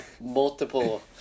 multiple